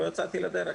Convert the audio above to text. לא יצאתי לדרך.